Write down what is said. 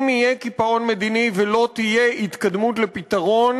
אם יהיה קיפאון מדיני ולא תהיה התקדמות לפתרון,